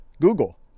Google